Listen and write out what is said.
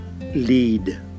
lead